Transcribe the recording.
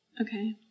Okay